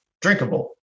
drinkable